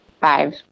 five